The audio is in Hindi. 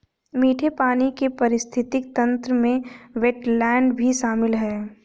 मीठे पानी के पारिस्थितिक तंत्र में वेट्लैन्ड भी शामिल है